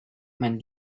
mein